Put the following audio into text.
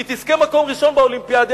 היא תזכה במקום ראשון באולימפיאדה,